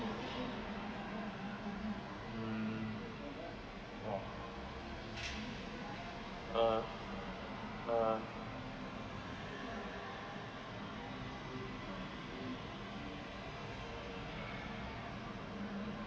um !wah! uh uh